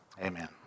Amen